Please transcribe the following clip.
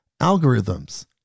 algorithms